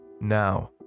now